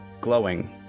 glowing